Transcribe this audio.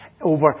over